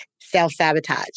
self-sabotage